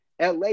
la